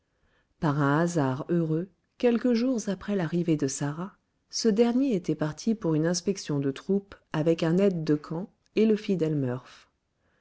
par un hasard heureux quelques jours après l'arrivée de sarah ce dernier était parti pour une inspection de troupes avec un aide de camp et le fidèle murph